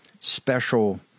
special